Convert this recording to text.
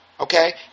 Okay